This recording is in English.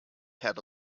had